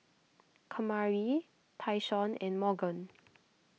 Kamari Tyshawn and Morgan